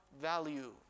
value